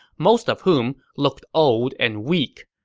most of whom looked old and weak.